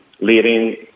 leading